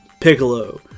Piccolo